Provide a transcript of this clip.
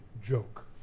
Joke